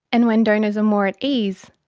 and when donors are more at ease,